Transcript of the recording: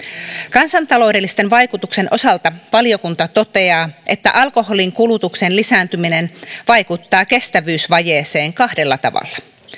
kansantaloudellisten vaikutuksien osalta valiokunta toteaa että alkoholin kulutuksen lisääntyminen vaikuttaa kestävyysvajeeseen kahdella tavalla